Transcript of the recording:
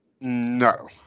No